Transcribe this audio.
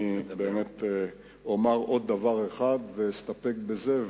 אני באמת אומר עוד דבר אחד ואסתפק בזה,